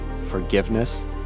forgiveness